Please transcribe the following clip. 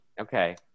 Okay